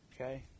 Okay